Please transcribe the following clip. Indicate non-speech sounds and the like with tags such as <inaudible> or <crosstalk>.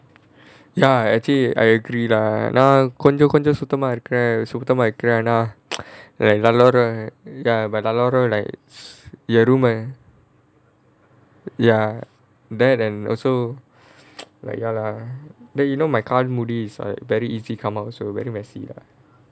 ya actually I agree lah நான் கொஞ்சம் கொஞ்சம் சுத்தமா இருக்க சுத்தமா வைக்கிறேன் ஆனா எல்லாரும்:naan konjam konjam suthamaa irukka vaikkiraen aanaa ellaarum <noise> like என்:en room ஐ:ai like s~ your room eh ya that and also <noise> like ya lah then you know my கால் முடி:kaal mudi is like very easy come out so very messy lah